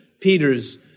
Peter's